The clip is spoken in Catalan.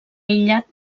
aïllat